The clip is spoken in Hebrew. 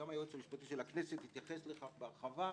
גם היועץ המשפטי של הכנסת התייחס לכך בהרחבה.